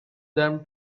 them